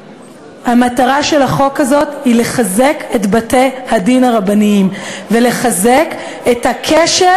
המטרה של הצעת החוק הזאת היא לחזק את בתי-הדין הרבניים ולחזק את הקשר,